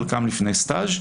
חלקם לפני סטאז',